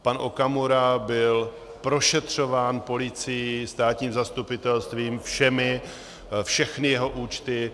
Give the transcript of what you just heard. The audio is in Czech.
Pan Okamura byl prošetřován policií, státním zastupitelstvím, všechny jeho účty.